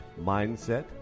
Mindset